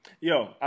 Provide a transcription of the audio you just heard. Yo